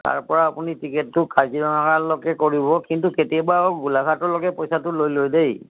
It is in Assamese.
তাৰপৰা আপুনি টিকেটটো কাজিৰঙাৰলৈকে কৰিব কিন্তু কেতিয়াবা আকৌ গোলাঘাটলৈকে পইচাটো লৈ লয় দেই